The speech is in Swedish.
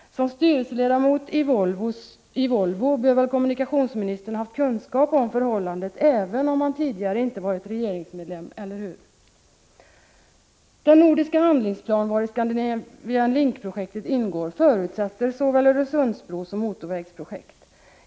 Som styrelseledamot i Volvo bör väl kommunikationsministern ha haft kunskap om förhållandet, även om han tidigare inte varit regeringsmedlem — eller hur? Den nordiska handlingsplan vari Scandinavian Link-projektet ingår förutsätter såväl Öresundsbro som motorvägsprojekt.